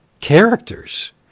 characters